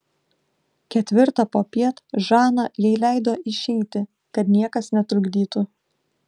ketvirtą popiet žana jai leido išeiti kad niekas netrukdytų